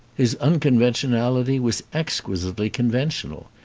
his unconventionality was exquisitely convene tional.